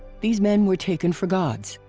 these men were taken for gods.